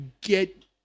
get